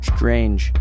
Strange